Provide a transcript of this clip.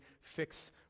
fix